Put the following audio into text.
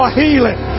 healing